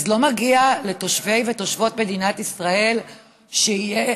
אז לא מגיע לתושבי ותושבות מדינת ישראל שיהיה